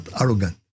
arrogant